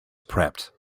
prepped